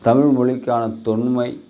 தமிழ்மொழிக்கான தொன்மை